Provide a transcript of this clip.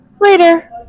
later